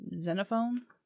Xenophon